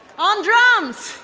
on drums,